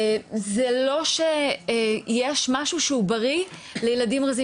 זה לא שיש משהו שהוא בריא לילדים רזים.